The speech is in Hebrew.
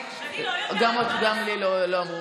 אני לא יודעת, מה לעשות, גם לי לא אמרו.